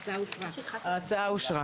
הישיבה נעולה.